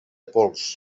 pols